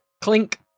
Clink